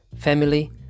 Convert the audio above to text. family